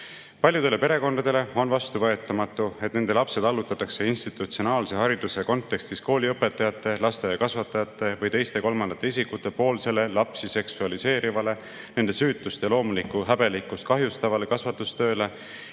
vanematel. Paljudele perekondadele on vastuvõetamatu, et nende lapsed allutatakse institutsionaalse hariduse kontekstis kooliõpetajate, lasteaiakasvatajate või teiste ja kolmandate isikute poolsele lapsi seksualiseerivale, nende süütust ja loomulikku häbelikkust kahjustavale kasvatustööle